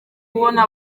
kubona